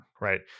right